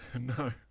No